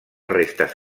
restes